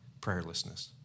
prayerlessness